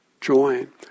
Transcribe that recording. join